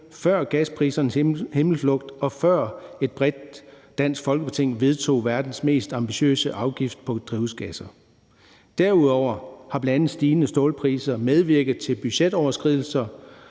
før gasprisernes himmelflugt, og før et bredt dansk Folketing vedtog verdens mest ambitiøse afgift på drivhusgasser. Derudover har bl.a. stigende stålpriser medvirket til budgetoverskridelser